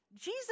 Jesus